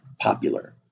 popular